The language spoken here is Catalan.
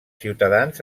ciutadans